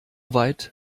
weit